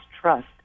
trust